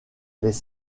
les